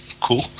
cool